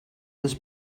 this